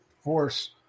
force